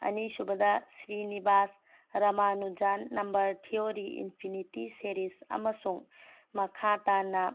ꯑꯅꯤꯁꯨꯕꯗ Srinivasa Ramanujan number theory infinity series ꯑꯃꯁꯨꯡ ꯃꯈꯥ ꯇꯥꯅ